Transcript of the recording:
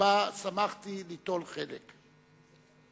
ושמחתי ליטול בו חלק.